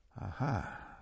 Aha